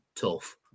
tough